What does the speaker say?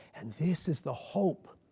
this is the hope!